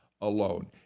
alone